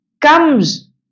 comes